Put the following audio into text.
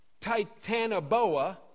Titanoboa